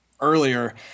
earlier